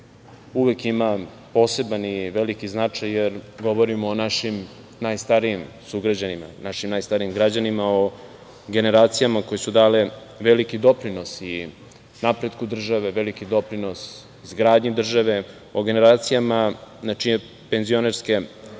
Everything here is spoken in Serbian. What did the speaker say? uvek ima poseban i veliki značaj, jer govorimo o našim najstarijim građanima, o generacijama koje su dale veliki doprinos i napretku države, veliki doprinos izgradnji države, o generacijama na čije penzionerske